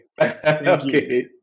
Okay